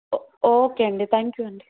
ఓ okay అండి thank you అండి